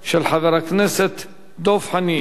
של חבר הכנסת דב חנין,